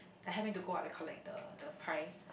I help him to go up and collect the the prize